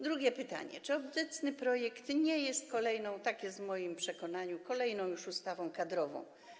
Drugie pytanie: Czy obecny projekt nie jest kolejną - tak jest w moim przekonaniu - ustawą kadrową?